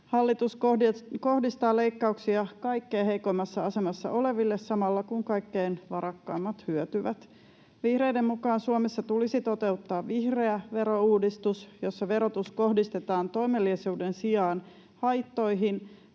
Hallitus kohdistaa leikkauksia kaikkein heikoimmassa asemassa oleville samalla, kun kaikkein varakkaimmat hyötyvät. Vihreiden mukaan Suomessa tulisi toteuttaa vihreä verouudistus, jossa verotus kohdistetaan toimeliaisuuden sijaan haittoihin